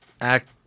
act